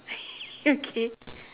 okay